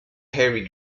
heavy